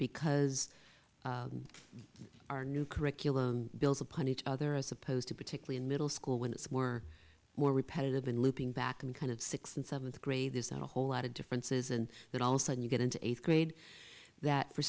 because our new curriculum builds upon each other as opposed to particularly in middle school when it's more more repetitive and looping back in kind of sixth and seventh grade there's not a whole lot of differences and that also and you get into eighth grade that for